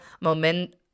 moment